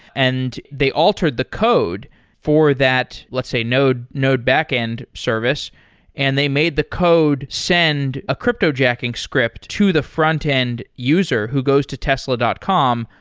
and they altered the code for that, let's say, node node backend service and they made the code send a cryptojacking script to the frontend user who goes to tesla dot com.